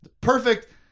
Perfect